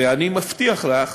ואני מבטיח לך